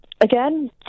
Again